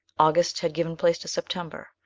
august had given place to september,